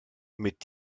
mit